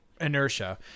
inertia